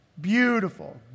beautiful